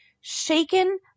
shaken